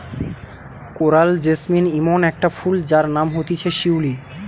coral jasmine ইমন একটা ফুল যার নাম হতিছে শিউলি